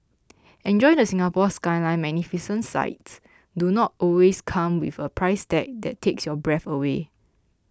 enjoy the Singapore Skyline Magnificent sights do not always come with a price tag that takes your breath away